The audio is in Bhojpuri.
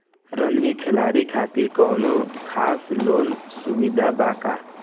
रग्बी खिलाड़ी खातिर कौनो खास लोन सुविधा बा का?